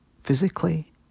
physically